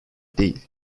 değil